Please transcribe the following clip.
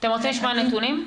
אתם רוצים לשמוע נתונים?